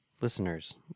listeners